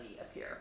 appear